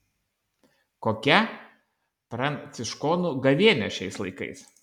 kokia pranciškonų gavėnia šiais laikais